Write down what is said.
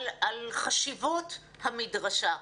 על חשיבות המדרשה.